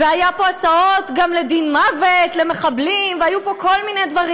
והיו פה גם הצעות לדין מוות למחבלים והיו פה כל מיני דברים.